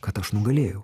kad aš nugalėjau